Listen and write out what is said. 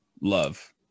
love